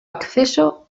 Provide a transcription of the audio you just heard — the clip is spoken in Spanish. acceso